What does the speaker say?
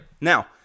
Now